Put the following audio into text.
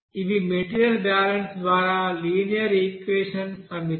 ఇవి material balance ద్వారా linear equations సమితి